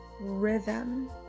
rhythm